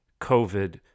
COVID